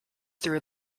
through